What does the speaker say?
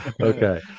Okay